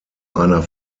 einer